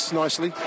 nicely